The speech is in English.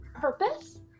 purpose